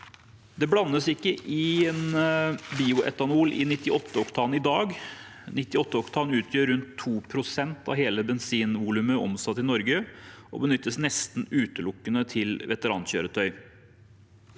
Det blandes ikke inn bioetanol i 98 oktan i dag. 98 oktan utgjør rundt 2 pst. av hele bensinvolumet omsatt i Norge, og det benyttes nesten utelukkende til veterankjøretøy.